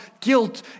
guilt